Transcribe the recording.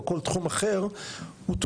או כל תחום אחר - וזה מה שעונה למצוקות שלו,